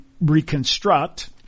reconstruct